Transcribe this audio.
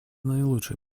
наилучший